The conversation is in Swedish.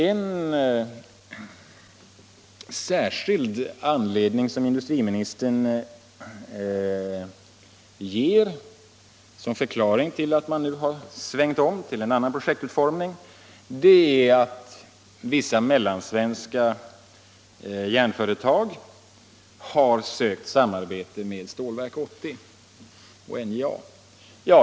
En särskild anledning som industriministern anför som förklaring till att man nu har svängt om till en annan projektutformning är att vissa mellansvenska järnföretag har sökt samarbete med Stålverk 80 och NJA.